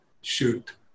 shoot